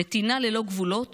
נתינה ללא גבולות